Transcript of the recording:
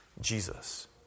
Jesus